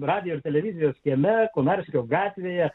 radijo televizijos kieme konarskio gatvėje